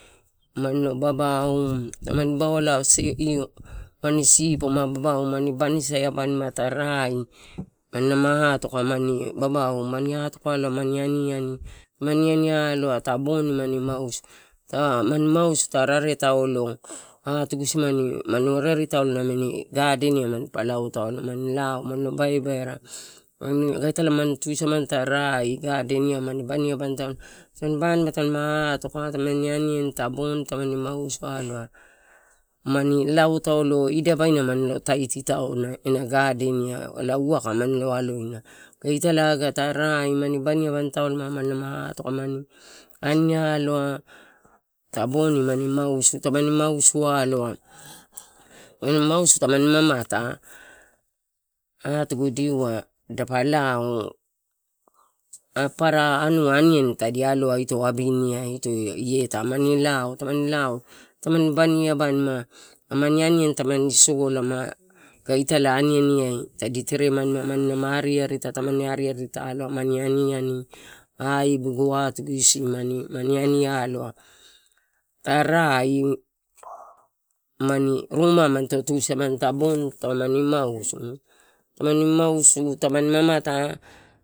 Manilo babao, tamani babao aloa lasi ani sipoma babao mani banisae ubanima mani tarae atoka. Babao, mani aniani, mani ani alo ta boni mani mausu ah mani mausu, ta rare taulo atugu isimana reri taulo amini gardenia manupa lao taulo, manilo, baibaina are italae tusamani ta rae mani baniabani taulo, mania atoka, tamani atoka tamani aniani ta boni tamani, mausu alo, mani lao taulo, ida baina manilo taiti tauna ena gadeniai waka mani lo alo ina aga italae mani baniabani taulo mani lama atoka, ani aloa ta boni mani mausu, tamani mausu alo tamani mausu tamani mamata, atugu diua palao papara anua aniani tadi aloa ito abiniai. Ito ieta, mani lao, tamani baniabanima, aman aniani taman solama, aga italae aniania aibigu, atugu isimani mani ani aloa ta rai mani, ruma manito tusemani ta boni tamani mausu tamani maniata.